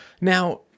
Now